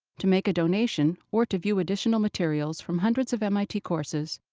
to make a donation, or to view additional materials from hundreds of mit courses,